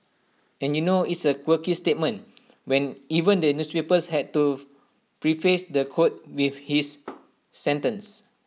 and you know it's A quirky statement when even the newspapers had to preface the quote with his sentence